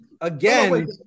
Again